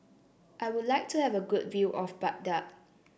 I would like to have a good view of Baghdad